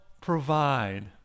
provide